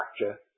structure